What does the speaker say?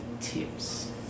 tips